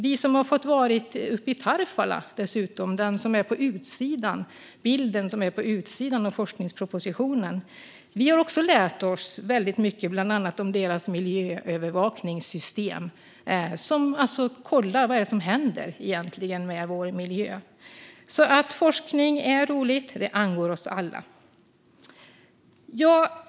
Vi som dessutom har varit uppe i Tarfala, som bilden på forskningspropositionen visar, har också lärt oss väldigt mycket om bland annat deras miljöövervakningssystem, som kollar vad det egentligen är som händer med vår miljö. Forskning är alltså roligt och angår oss alla.